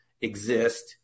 exist